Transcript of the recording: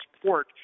support